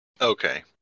Okay